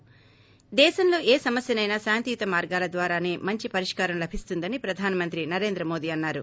ి దేశంలో ఏ సమస్యకైనా శాంతియుత మార్గాల ద్వారాసే మంచి పరిష్కారం లభిస్తుందని ప్రధానమంత్రి నరేంద్ర మోదీ అన్నారు